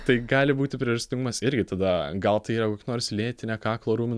tai gali būti priežastingumas irgi tada gal tai yra kokia nors lėtinė kaklo raumenų